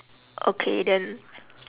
okay then